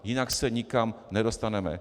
Jinak se nikam nedostaneme.